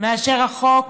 מאשר החוק